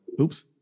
oops